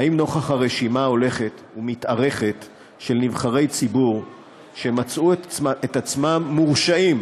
האם נוכח הרשימה ההולכת ומתארכת של נבחרי ציבור שמצאו את עצמם מורשעים